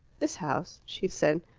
this house, she said,